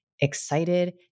excited